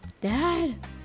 Dad